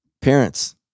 parents